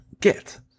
get